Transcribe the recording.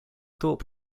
thorpe